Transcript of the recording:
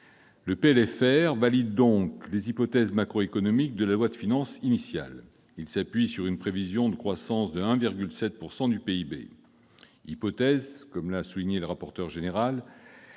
valide donc les hypothèses macroéconomiques de la loi de finances initiale. Il s'appuie sur une prévision de croissance de 1,7 % du PIB, hypothèse, comme M. le rapporteur général